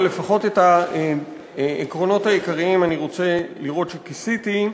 אבל לפחות את העקרונות העיקריים אני רוצה לראות שכיסיתי.